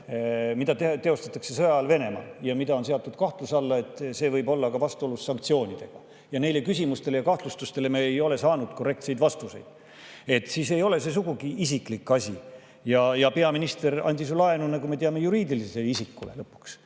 mida [aetakse] sõja ajal Venemaal, ja on seatud kahtluse alla, et see võib olla vastuolus sanktsioonidega. Neile küsimustele ja kahtlustustele ei ole me saanud korrektseid vastuseid. Siis ei ole see sugugi isiklik asi. Peaminister andis laenu, nagu me teame, juriidilisele isikule.